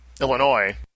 Illinois